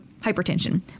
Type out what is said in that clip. hypertension